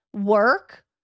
work